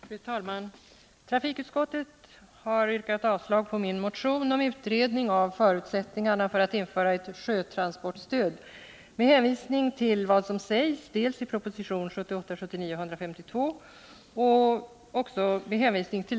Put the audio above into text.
Fru talman! Trafikutskottet har med hänvisning till vad som sägs dels i proposition 1978/79:152, dels i den proposition som vi behandlar i dag yrkat avslag på min motion om utredning av förutsättningarna för att införa ett sjötransportstöd.